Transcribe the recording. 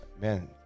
man